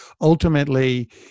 ultimately